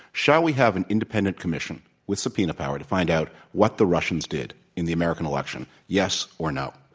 shall we have an independent commission with subpoena power to find out what the russians did in the american election? yes, or no?